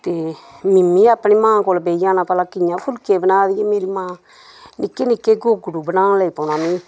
ते में मी अपनी मां कोल बेही जाना भला कि'यां फुलके बना दी ऐ मेरी मां नि'क्के नि'क्के गोगड़ू बनान लग्गी पौना में